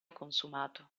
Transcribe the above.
consumato